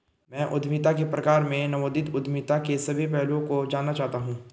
मैं उद्यमिता के प्रकार में नवोदित उद्यमिता के सभी पहलुओं को जानना चाहता था